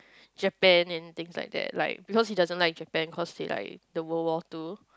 Japan and things like that like because he doesn't like Japan cause they like the World War Two